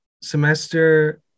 semester